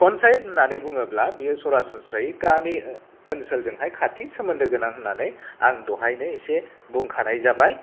पन्सायत होन्नानै बुङोब्ला बेयो सरासनस्रायै गामि ओनसोलजोंहाय खाथि सोमोन्दो गोनां होन्नानै आं दहायनो इसे बुंखानाय जाबाय